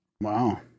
Wow